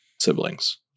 siblings